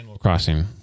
crossing